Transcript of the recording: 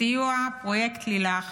בסיוע פרויקט לילך